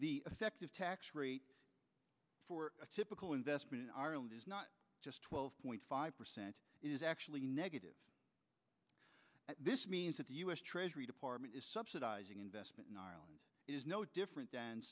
the effective tax rate for a typical investment in ireland is not just twelve point five percent is actually negative this means that the u s treasury department is subsidizing investment is no different than